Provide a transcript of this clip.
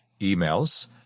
emails